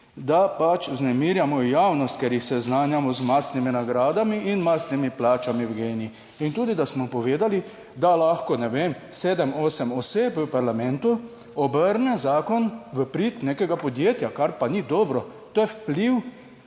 da pač vznemirjamo javnost, ker jih seznanjamo z mastnimi nagradami in mastnimi plačami v GEN-I. In tudi, da smo povedali, da lahko, ne vem, sedem, osem oseb v parlamentu obrne zakon v prid nekega podjetja, kar pa ni dobro. To je vpliv